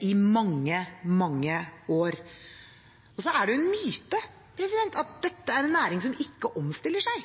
i mange, mange år. Det er en myte at dette er en næring som ikke omstiller seg.